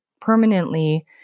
permanently